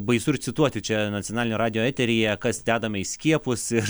baisu ir cituoti čia nacionalinio radijo eteryje kas dedama į skiepus ir